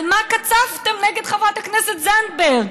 על מה קצפתם נגד חברת הכנסת זנדברג?